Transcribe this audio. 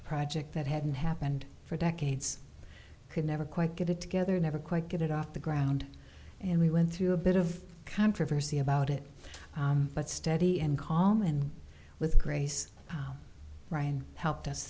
center project that hadn't happened for decades could never quite get it together never quite get it off the ground and we went through a bit of controversy about it but steady and calm and with grace ryan helped us